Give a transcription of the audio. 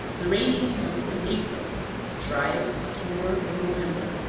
the rainiest month is april the dryest, october or november.